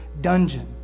dungeon